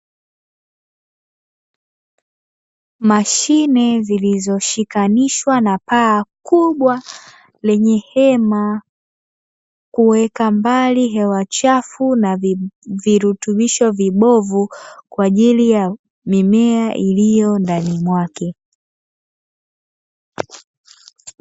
Mashine zilizo shikanishwa na paa kubwa lenye hema, kuweka mbali hewa chafu na virutubisho vibovu, kwa ajili ya mimea iliyo ndani mwake.